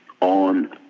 on